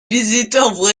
visiteurs